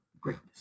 greatness